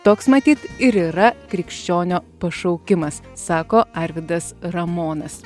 toks matyt ir yra krikščionio pašaukimas sako arvydas ramonas